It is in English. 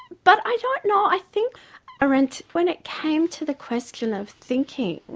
but i don't know, i think arendt, when it came to the question of thinking,